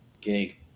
gig